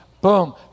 boom